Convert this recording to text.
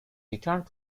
returned